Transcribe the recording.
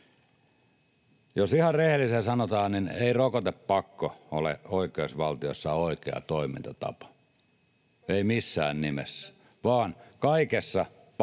Jos ihan rehellisesti sanotaan, niin ei rokotepakko ole oikeusvaltiossa oikea toimintatapa, ei missään nimessä, vaan kaikessa pakkoa